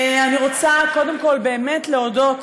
אני רוצה קודם כול באמת להודות